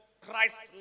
Christ